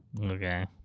Okay